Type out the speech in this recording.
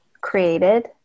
created